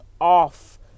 off